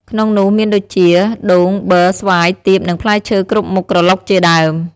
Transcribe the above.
ក្នុងនោះមានដូចជា ដូង ប័រ ស្វាយ ទៀប និងផ្លែឈើគ្រប់មុខក្រឡុកជាដើម។